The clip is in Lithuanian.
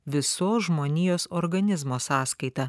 visos žmonijos organizmo sąskaita